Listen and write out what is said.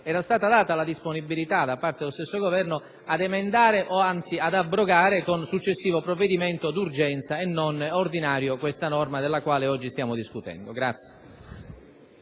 era stata data la disponibilità da parte dello stesso Esecutivo ad emendare, anzi ad abrogare con successivo provvedimento d'urgenza e non ordinario, questa norma della quale si sta discutendo.